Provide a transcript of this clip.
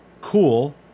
Cool